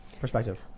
perspective